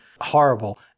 horrible